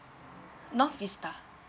north vista